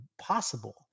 possible